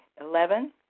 Eleven